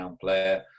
player